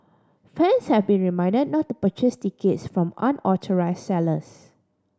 fans have been reminded not to purchase tickets from unauthorise sellers